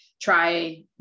try